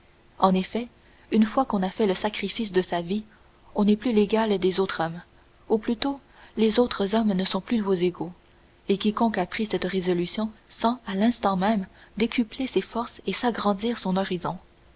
en effet une fois qu'on a fait le sacrifice de sa vie on n'est plus l'égal des autres hommes ou plutôt les autres hommes ne sont plus vos égaux et quiconque a pris cette résolution sent à l'instant même décupler ses forces et s'agrandir son horizon